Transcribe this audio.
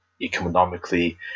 economically